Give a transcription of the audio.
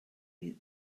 fydd